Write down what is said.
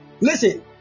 Listen